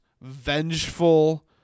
vengeful